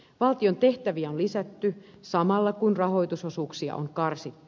valtion tehtäviä on lisätty samalla kun rahoitusosuuksia on karsittu